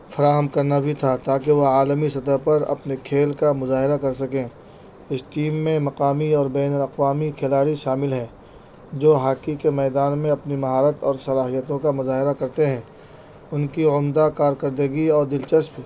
فراہم کرنا بھی تھا تاکہ وہ عالمی سطح پر اپنے کھیل کا مظاہرہ کر سکیں اس ٹیم میں مقامی اور بین الاقوامی کھلاڑی شامل ہیں جو ہاکی کے میدان میں اپنی مہارت اور صلاحیتوں کا مظاہرہ کرتے ہیں ان کی عمدہ کارکردگی اور دلچسپ